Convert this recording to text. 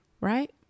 right